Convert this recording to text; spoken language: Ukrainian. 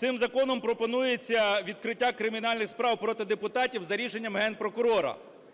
цим законом пропонується відкриття кримінальних справ проти депутатів за рішенням Генпрокурора.